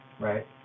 right